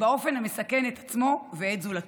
באופן המסכן את עצמו ואת זולתו.